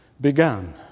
began